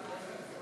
אני מחכה לקצת